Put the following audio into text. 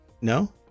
No